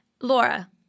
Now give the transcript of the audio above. Laura